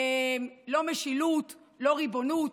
לא משילות, לא ריבונות,